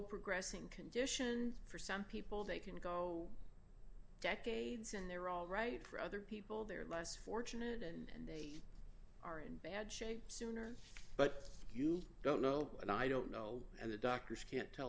progress in conditions for some people they can go decades and they're all right for other people they're less fortunate and are in bad shape sooner but you don't know and i don't know and the doctors can't tell